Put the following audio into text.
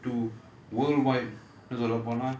to worldwide இன்னும் சொல்ல போனா:innu solla ponaa